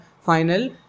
final